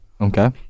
Okay